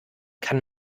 kann